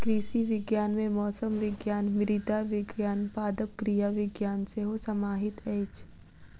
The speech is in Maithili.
कृषि विज्ञान मे मौसम विज्ञान, मृदा विज्ञान, पादप क्रिया विज्ञान सेहो समाहित अछि